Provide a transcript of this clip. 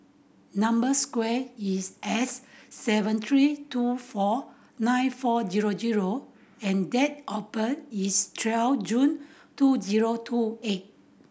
number square is S seven three two four nine four zero zero and date of birth is twelve June two zero two eight